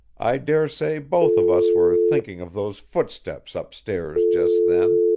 i dare say both of us were thinking of those footsteps upstairs, just then,